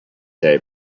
day